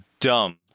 dumb